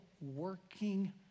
working